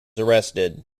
arrested